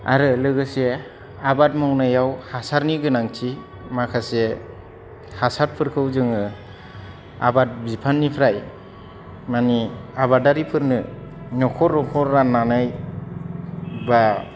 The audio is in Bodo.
आरो लोगोसे आबाद मावनायाव हासारनि गोनांथि माखासे हासारफोरखौ जोङो आबाद बिफाननिफ्राय माने आबादारिफोरनो न'खर न'खर राननानै बा